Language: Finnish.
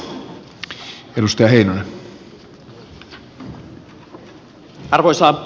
arvoisa puhemies